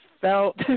felt